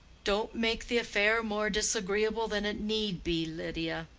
don't make the affair more disagreeable than it need be. lydia.